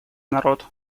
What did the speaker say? народ